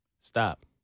Stop